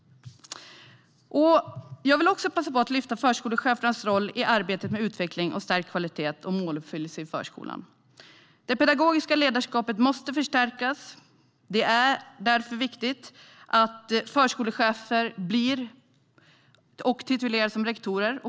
Jag vill också passa på att lyfta fram förskolechefernas roll i arbetet med utveckling, stärkt kvalitet och måluppfyllelse i förskolan. Det pedagogiska ledarskapet måste förstärkas. Det är därför viktigt att förskolechefer blir och tituleras som rektorer.